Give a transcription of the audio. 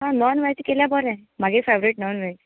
आं non veg केल्यार बरें म्हागे फॅवरेट नाॅन वॅज